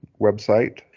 website